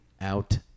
out